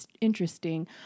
interesting